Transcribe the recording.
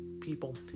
people